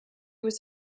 was